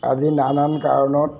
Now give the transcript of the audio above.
আজি নানান কাৰণত